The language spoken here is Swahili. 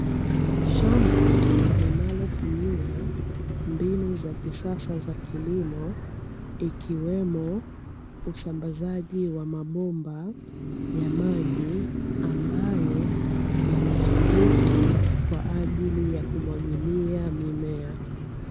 Shamba linalotumia mbinu za kisasa za kilimo ikiwemo usambazaji wa mabomba ya maji ambayo yanatumika kwa ajili ya kumwagilia mimea.